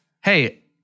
Hey